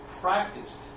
practiced